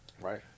right